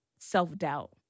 self-doubt